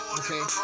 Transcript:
okay